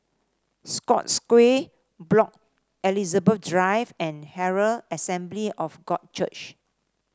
Scotts Square Block Elizabeth Drive and Herald Assembly of God Church